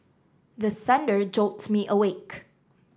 the thunder jolt me awake